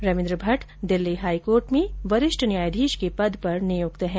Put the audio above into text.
Ravindra Bhatt Delhi high court में वरिष्ठ न्यायाधीश के पद पर नियुक्त है